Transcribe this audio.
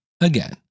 again